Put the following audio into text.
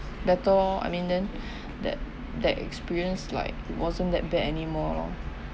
better oh I mean then that that experience like wasn't that bad anymore loh